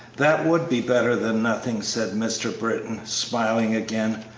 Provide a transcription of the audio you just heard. that would be better than nothing, said mr. britton, smiling again,